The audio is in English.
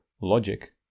logic